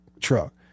truck